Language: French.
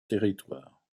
territoire